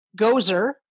Gozer